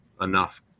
enough